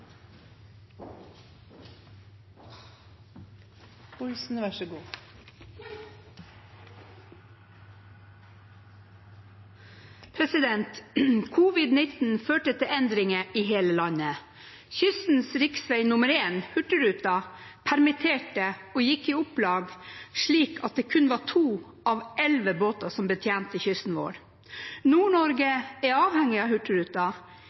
førte til endringer i hele landet. Kystens riksvei nummer én, Hurtigruten, permitterte og gikk i opplag, slik at det kun var to av elleve båter som betjente kysten vår. Nord-Norge er avhengig av